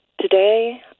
Today